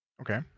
okay